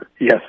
yes